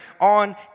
on